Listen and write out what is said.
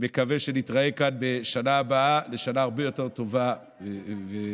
מקווה שנתראה כאן בשנה הבאה לשנה הרבה יותר טובה ופורה.